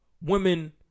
Women